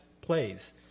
plays